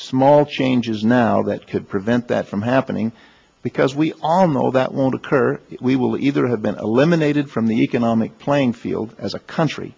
small changes now that could prevent that from happening because we all know that won't occur we will either have been eliminated from the economic playing field as a country